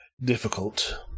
difficult